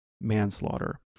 manslaughter